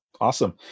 Awesome